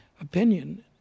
opinion